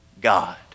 God